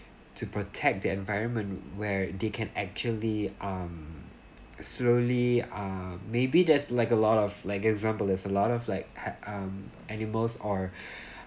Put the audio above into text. to protect the environment where they can actually um slowly uh maybe there's like a lot of like example there's a lot of like um animals or